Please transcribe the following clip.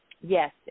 Yes